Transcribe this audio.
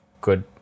good